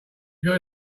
good